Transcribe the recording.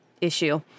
Issue